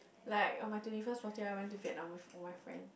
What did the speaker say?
like on my twenty first birthday I went to Vietnam with all my friend